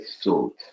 salt